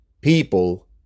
people